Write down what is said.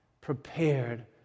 prepared